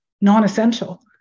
non-essential